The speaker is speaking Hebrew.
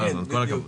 כל הכבוד.